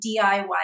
DIY